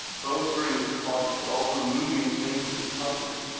both during the response but also moving into recovery